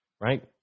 right